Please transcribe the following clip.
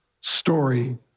story